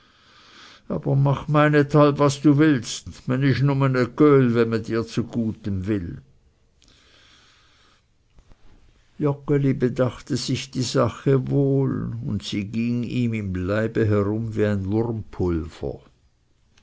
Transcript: aber mach meinethalb was du willst me isch umen e göhl we me dir zguetem will joggeli bedachte sich die sache wohl und sie ging ihm im leibe herum wie ein